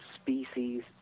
species